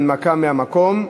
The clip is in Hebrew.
הנמקה מהמקום.